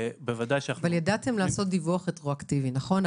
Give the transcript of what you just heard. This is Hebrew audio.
אבל ידעתם לעשות דיווח רטרואקטיבי, נכון?